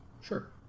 Sure